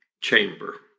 chamber